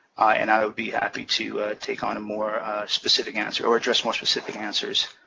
and i would be happy to take on a more specific answer or address more specific answers